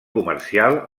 comercial